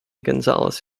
gonzales